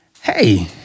hey